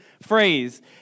phrase